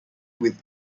with